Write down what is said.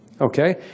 Okay